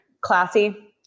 Classy